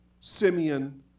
Simeon